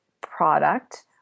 product